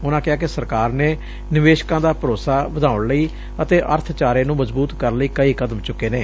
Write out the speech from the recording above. ਉਨਾ ਕਿਹਾ ਕਿ ਸਰਕਾਰ ਨੇ ਨਿਵੇਸਕਾ ਦਾ ਭਰੋਸਾ ਵਧਾਉਣ ਲਈ ਅਤੇ ਅਰਥਚਾਰੇ ਨੰ ਮਜ਼ਬੁਤ ਕਰਨ ਲਈ ਕਈ ਕਦਮ ਚੁੱਕੇ ਨੇ